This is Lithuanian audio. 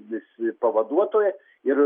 visi pavaduotojai ir